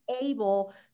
able